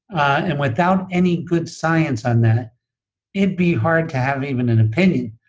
and without any good science on that it'd be hard to have even an opinion,